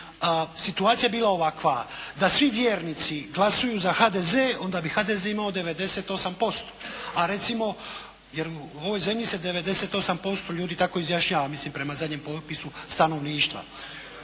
situacija bila ovakva, da svi vjernici glasuju za HDZ, onda bi HDZ imao 98%, a recimo jer u ovoj zemlji se 98% ljudi tako izjašnjava mislim prema zadnjem popisu stanovništva.